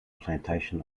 plantation